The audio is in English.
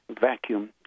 vacuum